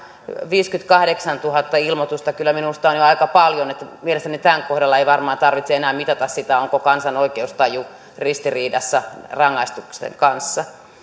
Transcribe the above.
viisikymmentäkahdeksantuhatta ilmoitusta kyllä minusta on jo aika paljon että mielestäni tämän kohdalla ei varmaan tarvitse enää mitata sitä onko kansan oikeustaju ristiriidassa rangaistusten kanssa